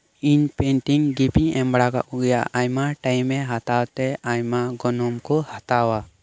ᱤᱧ ᱯᱤᱱᱴᱤᱝ ᱜᱤᱯᱷᱴᱤᱧ ᱮᱢ ᱵᱟᱲᱟ ᱟᱠᱟᱫ ᱠᱚ ᱜᱮᱭᱟ ᱟᱭᱢᱟ ᱴᱟᱭᱤᱢᱮᱭ ᱦᱟᱛᱟᱣ ᱛᱮ ᱟᱭᱢᱟ ᱜᱚᱱᱚᱝ ᱠᱚ ᱦᱟᱛᱟᱣᱟ